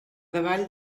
davall